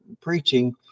preaching